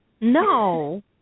No